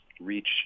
reach